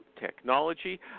technology